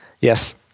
Yes